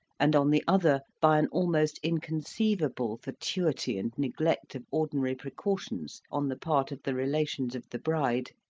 and, on the other, by an almost inconceivable fatuity and neglect of ordinary pre cautions on the part of the relations of the bride,